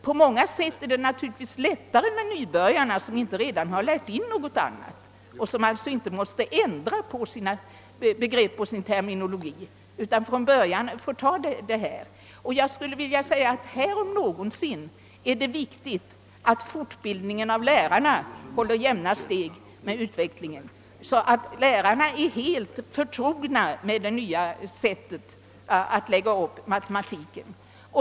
På många sätt är det givetvis lättare att ha med nybörjare att göra, eftersom de inte har lärt in något annat tidigare. De behöver därför inte ändra på sina begrepp och sin terminologi utan kan ta det från början. Här om någonsin är det viktigt att fortbildningen av lärarna håller jämna steg med utvecklingen, så att de som undervisar är helt förtrogna med det nya systemet och uppläggningen av matematiken.